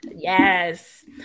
Yes